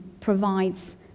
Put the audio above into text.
provides